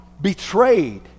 betrayed